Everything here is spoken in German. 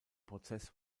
prozess